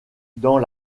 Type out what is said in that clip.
dans